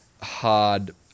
hard